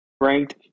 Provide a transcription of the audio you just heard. ranked